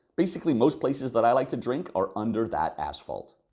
basically most places that i like to drink are under that asphalt.